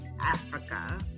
Africa